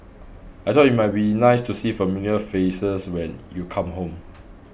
I thought it might be nice to see familiar faces when you come home